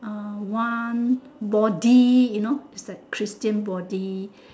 ah one body you know is that christian body